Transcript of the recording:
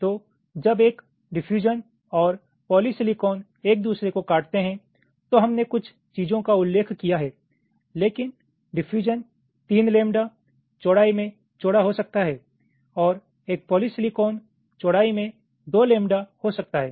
तो जब एक डिफयूजन और पॉलीसिलिकॉन एक दूसरे को काटते है तो हमने कुछ चीजों का उल्लेख किया है लेकिन डिफयूजन तीन लैम्बडा चौड़ाई में चौड़ा हो सकता है और एक पॉलीसिलिकॉन चौड़ाई में दो लैम्बडाहो सकता है